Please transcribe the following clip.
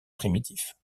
primitif